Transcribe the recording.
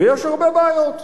ויש הרבה בעיות.